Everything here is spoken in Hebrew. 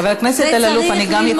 חבר הכנסת אלאלוף,